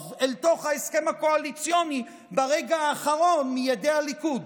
אל תוך ההסכם הקואליציוני ברגע האחרון מידי הליכוד,